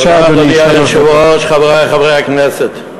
תודה, אדוני היושב-ראש, חברי חברי הכנסת,